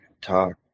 talk